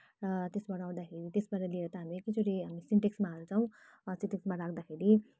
र त्यसबाट आउँदाखेरि त्यसबाट ल्याएर त हामी एकैचोटि हाम्रो सिन्टेक्समा हाल्छौँ सिन्टेक्समा राख्दाखेरि